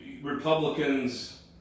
Republicans